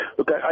Okay